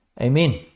Amen